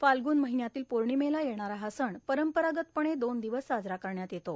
फाल्गुन महिन्यातील पौर्णिमेला येणारा हा सण परंपरागतपणे दोन दिवस साजरा करण्यात येतो